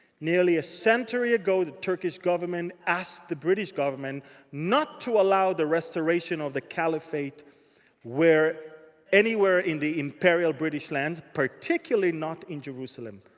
nearly a century ago, the turkish government asked the british government not to allow the restoration of the caliphate anywhere in the imperial british lands, particularly not in jerusalem.